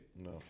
No